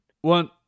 one